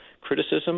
criticism